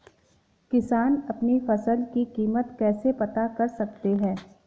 किसान अपनी फसल की कीमत कैसे पता कर सकते हैं?